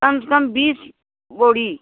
कम स कम बीस बोरी